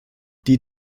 die